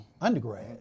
undergrad